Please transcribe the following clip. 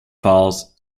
falls